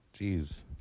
Jeez